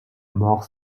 mort